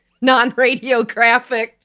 non-radiographic